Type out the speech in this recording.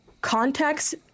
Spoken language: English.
context